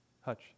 Hutch